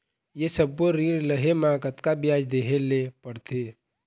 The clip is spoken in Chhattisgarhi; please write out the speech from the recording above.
ये सब्बो ऋण लहे मा कतका ब्याज देहें ले पड़ते?